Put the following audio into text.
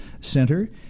Center